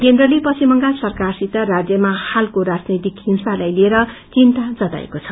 केन्द्रले पश्चिम बंगाल सरकारसित राज्यामा हालको राजनेतिक हिंसालाई लिएर चिन्ता जताएको छ